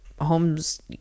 homes